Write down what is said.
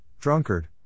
Drunkard